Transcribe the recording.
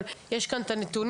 אבל יש כאן את הנתונים,